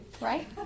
right